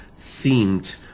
themed